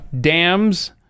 dams